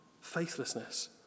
faithlessness